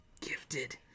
Gifted